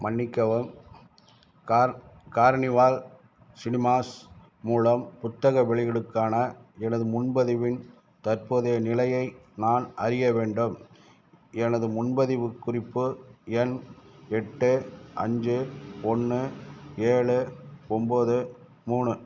மன்னிக்கவும் car Carnival Cinemas மூலம் புத்தக வெளியீடுக்கான எனது முன்பதிவின் தற்போதைய நிலையை நான் அறிய வேண்டும் எனது முன்பதிவுக் குறிப்பு எண் எட்டு அஞ்சு ஒன்று ஏழு ஒம்போது மூணு